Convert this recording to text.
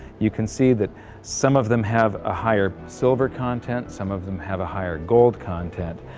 you can see that some of them have a higher silver content, some of them have a higher gold content.